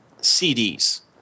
CDs